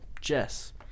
Jess